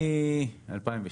מ-2006.